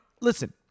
listen